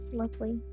lovely